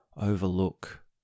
overlook